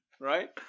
right